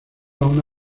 una